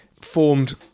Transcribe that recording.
formed